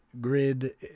grid